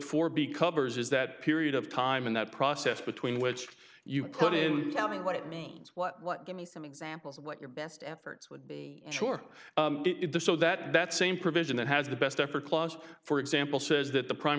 four b covers is that period of time in that process between which you put in tell me what it means what give me some examples of what your best efforts would be sure to show that that same provision that has the best effort clause for example says that the prime